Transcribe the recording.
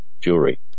jewelry